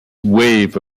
wave